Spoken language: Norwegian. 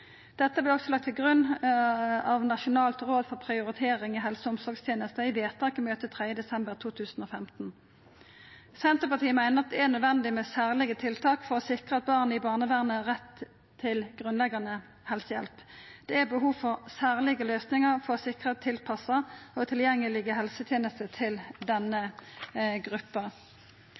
Dette vart også lagt til grunn av Nasjonalt råd for kvalitet og prioritering i helse- og omsorgstjenesten i vedtak i eit møte den 3. desember 2015. Senterpartiet meiner at det er nødvendig med særlege tiltak for å sikra barn i barnevernet rett til grunnleggjande helsehjelp. Det er behov for særlege løysingar for å sikra tilpassa og tilgjengelege helsetenester til denne gruppa.